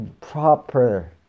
Proper